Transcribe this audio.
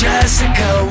Jessica